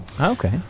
Okay